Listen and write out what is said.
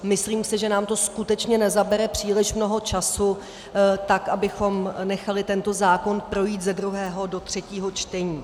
Myslím si, že nám to skutečně nezabere příliš mnoho času, tak abychom nechali tento zákon projít z druhého do třetího čtení.